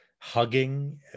hugging